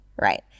right